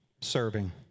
serving